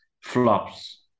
flops